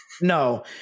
No